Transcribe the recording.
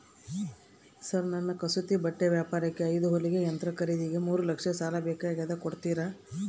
Sir ನನ್ನ ಕಸೂತಿ ಬಟ್ಟೆ ವ್ಯಾಪಾರಕ್ಕೆ ಐದು ಹೊಲಿಗೆ ಯಂತ್ರ ಖರೇದಿಗೆ ಮೂರು ಲಕ್ಷ ಸಾಲ ಬೇಕಾಗ್ಯದ ಕೊಡುತ್ತೇರಾ?